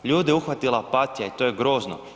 Ljude je uhvatila apatija i to je grozno.